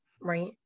right